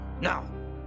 now